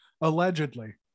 allegedly